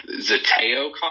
Zateo